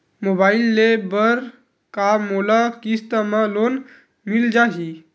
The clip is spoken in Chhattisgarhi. मोबाइल ले बर का मोला किस्त मा लोन मिल जाही?